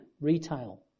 retail